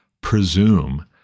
presume